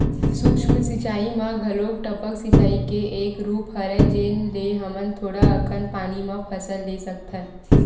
सूक्ष्म सिचई म घलोक टपक सिचई के एक रूप हरय जेन ले हमन थोड़ा अकन पानी म फसल ले सकथन